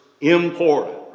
important